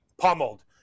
pummeled